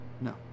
No